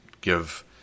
give